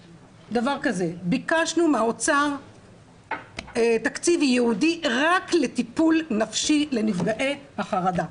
ביקשנו מהאוצר תקציב ייעודי רק לטיפול נפשי לנפגעי החרדה.